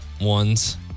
ones